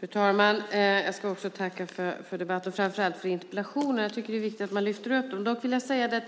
Fru talman! Också jag ska tacka för debatten och framför allt för interpellationerna som jag tycker att det är viktigt att lyfta fram. Dock vill jag säga att det